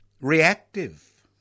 reactive